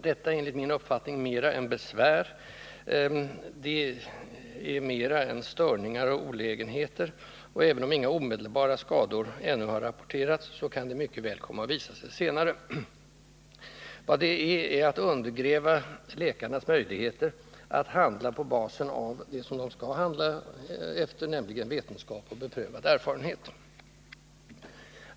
Detta är enligt min uppfattning mera än ”besvär”, mera än ”störningar” och ”olägenheter” — även om inga skador ännu har rapporterats, så kan sådana mycket väl komma att visa sig senare — det är ett undergrävande av läkarnas möjligheter att handla på basis av det som skall ligga till grund för deras handlande, nämligen ”vetenskap och beprövad erfarenhet”.